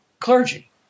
clergy